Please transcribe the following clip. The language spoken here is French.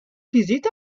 visite